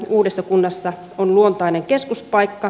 uudessa kunnassa on luontainen keskuspaikka